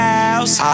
house